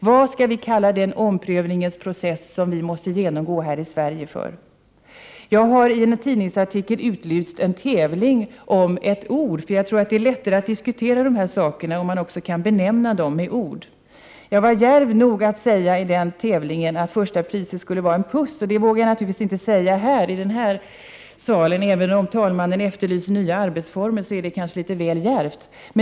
Vad skall vi kalla den omprövningsprocess som vi måste genomgå också här i Sverige? Jag har i en tidningsartikel utlyst en tävling om ett ord, eftersom jag tror att det är lättare att diskutera dessa saker om man också kan benämna dem med ord. Jag var djärv nog att säga i den tävlingen att första priset skulle vara en puss. Det vågar jag naturligtvis inte säga i den här salen. Även om talmannen har efterlyst nya arbetsformer är det kanske litet väl djärvt.